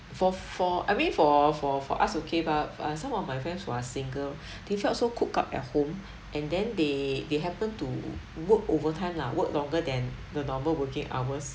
for for I mean for for for us who gave up uh some of my friends who are single they felt so cooped up at home and then they they happen to work overtime lah work longer than the normal working hours